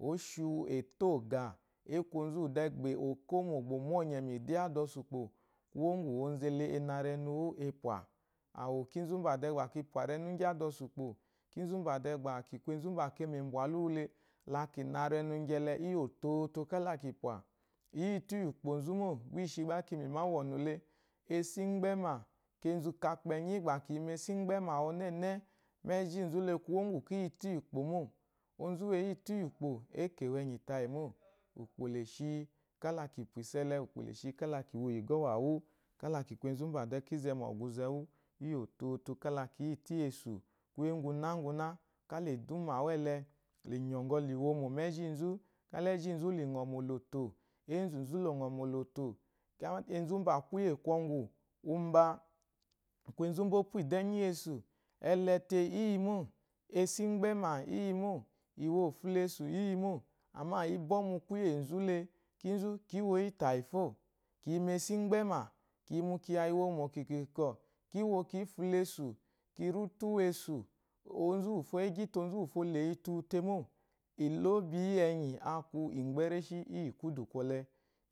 Oshiwu eto ogah, aku onzu de be kpomo omanye mu idu iya adaosu ikpo kuwo ngu onzule ana renu apwa awu kinzubade ba kipwa renuigyi adoasu ukpo iyitu iyi ikponzu mo gba ishigba kima wɔnu le esu igbema kenze kakpenyigba kiyi mesu igbema onene mejile kuwo ku kiyituyi ukpo mole mo onzy-u uwu eyi tu iyi ukpo eke wo enyi tayimo ukpo le shi kala ki pwa isole kala ukpo leshi kala kiyi ugoh uwa will ki ku enzu mba de kala kize mu oyanze wu ototo kala ki yi tu iyensu kuye ngunanguna kala eduma uwu ele, lenogo le womo mu ejinzuele kala lenogo le womo mu ejinzu ele kala ejinzu li ngɔ moloto, enzuzu longɔ molonto kyama te ensu mba kuye kungu mba aku enzu umba upu idu enyi ensu elete iyi mo ensu iyi mo amma ibo mu kuyenzu le kinzu kiwoyi tayifo kiyi mesu igbema kiya iyi womo ikinkwo ikinkwo ki wo ki fulensu kiri utu wensu ozufo agyi le onzufo eleyi te uwu lemo ilobi iyi akun igbe reshi iyi kudud kujele